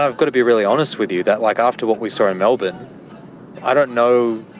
i've got to be really honest with you that like after what we saw in melbourne i don't know,